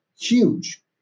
huge